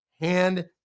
Hand